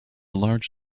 large